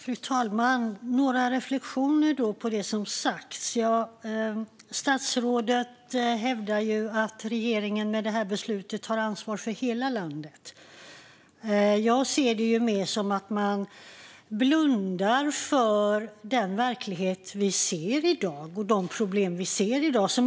Fru talman! Jag gör några reflektioner kring det som har sagts. Statsrådet hävdar att regeringen med det här beslutet tar ansvar för hela landet. Jag ser det mer som att man blundar för den verklighet och de problem vi ser i dag.